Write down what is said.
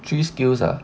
three skills ah